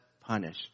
punish